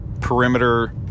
perimeter